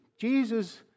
Jesus